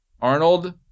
Arnold